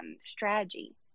strategy